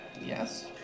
yes